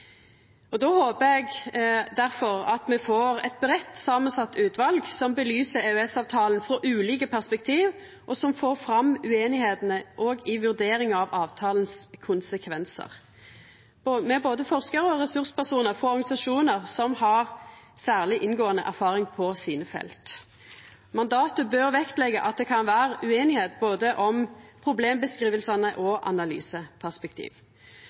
eg at me får eit breitt samansett utval som belyser EØS-avtalen frå ulike perspektiv, og som får fram ueinigheitene òg i vurderinga av avtalens konsekvensar, med både forskarar og ressurspersonar frå organisasjonar som har særleg inngåande erfaring på sine felt. Mandatet bør vektleggja at det kan vera ueinigheit om både problembeskrivingane og analyseperspektivet, for det er openbert ueinigheit om